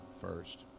first